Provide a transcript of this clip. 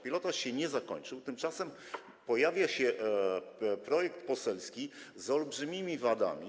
Pilotaż się nie zakończył, tymczasem pojawia się projekt poselski z olbrzymimi wadami.